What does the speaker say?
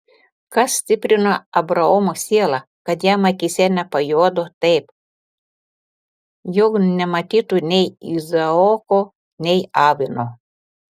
kas stiprino abraomo sielą kad jam akyse nepajuodo taip jog nematytų nei izaoko nei avino